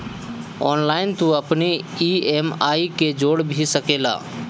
online तू अपनी EMI के जोड़ भी सकेला